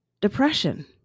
depression